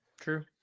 True